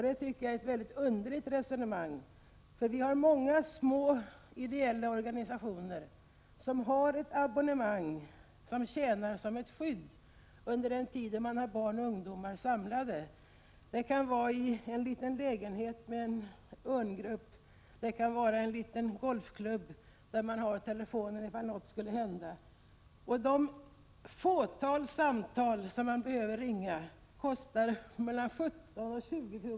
Detta tycker jag är ett mycket underligt resonemang, för vi har många små ideella organisationer som har ett abonnemang som tjänar som ett skydd under den tid då man har barn och ungdomar samlade: det kan vara en liten lägenhet med en grupp inom Unga örnar, det kan vara en liten golfklubb där man har telefonen att ta till ifall något skulle hända. De få samtal som man behöver ringa kostar vart och ett mellan 17 och 20 kr.